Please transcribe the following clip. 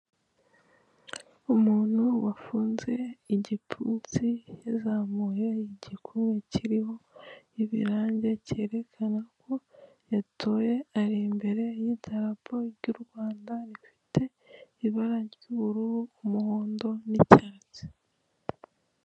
Umuntu wafunze igipfunsi, yazamuye igikumwe kiriho ibirange byerekana ko yatoye, ari imbere y'idarapo ry'u Rwanda rifite ibara ry'ubururu, umuhondo n'icyatsi.